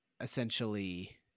essentially